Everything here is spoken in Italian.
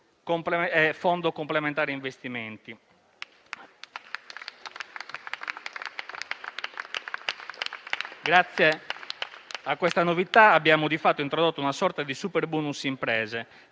Grazie a questa novità, abbiamo di fatto introdotto una sorta di superbonus imprese,